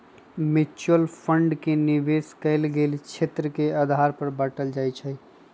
mutual fund के निवेश कएल गेल क्षेत्र के आधार पर बाटल जाइ छइ